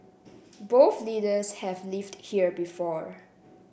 both leaders have lived here before